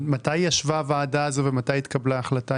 מתי ישבה הוועדה הזאת ומתי התקבלה ההחלטה,